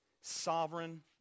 Sovereign